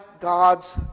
God's